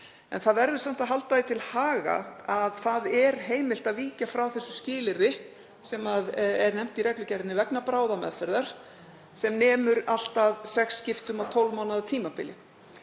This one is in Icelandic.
En það verður samt að halda því til haga að heimilt er að víkja frá því skilyrði sem nefnt er í reglugerðinni vegna bráðameðferðar sem nemur allt að sex skiptum á 12 mánaða tímabili.